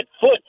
foot